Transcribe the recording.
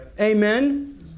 Amen